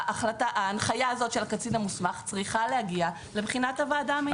ההנחיה הזו של הקצין המוסמך צריכה להגיע לבחינת הוועדה המייעצת.